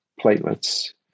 platelets